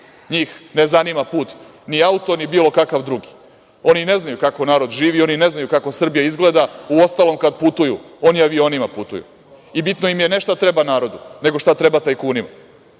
Njih ne zanima put ni auto ni bilo kakav drugi. Oni i ne znaju kako narod živi, oni i ne znaju kako Srbija izgleda. Uostalom kada putuju oni avionima putuju. Bitno im je ne šta treba narodu, nego šta treba tajkunima.